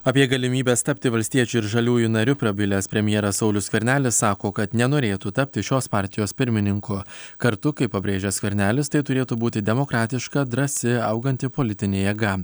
apie galimybes tapti valstiečių ir žaliųjų nariu prabilęs premjeras saulius skvernelis sako kad nenorėtų tapti šios partijos pirmininku kartu kaip pabrėžia skvernelis tai turėtų būti demokratiška drąsi auganti politinė jėga